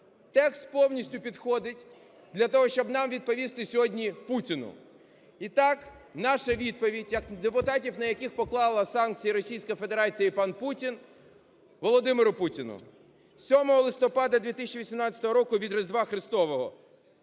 Текст повністю підходить для того, щоб нам відповісти сьогодні Путіну. І так, наша відповідь як депутатів, на яких поклала санкції Російська Федерація і пан Путін: "Володимиру Путіну. 7 листопада 2018 року від Різдва Христового.